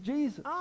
Jesus